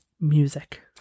music